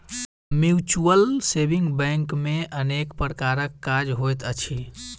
mutual saving bank मे अनेक प्रकारक काज होइत अछि